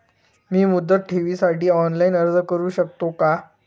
मी मुदत ठेवीसाठी ऑनलाइन अर्ज करू शकतो का?